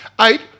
eight